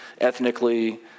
ethnically